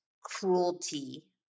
cruelty